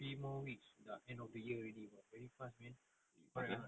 fast eh